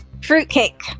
Fruitcake